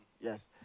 Yes